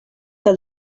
que